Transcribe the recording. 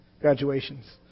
graduations